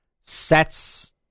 sets